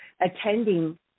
attending